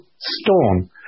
Stone